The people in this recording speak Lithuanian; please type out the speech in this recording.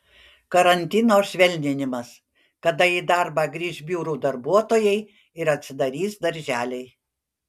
karantino švelninimas kada į darbą grįš biurų darbuotojai ir atsidarys darželiai